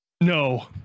No